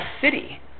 city